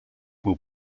will